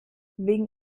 wegen